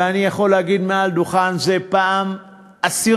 ואני יכול להגיד מעל דוכן זה פעם עשירית: